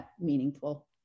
meaningful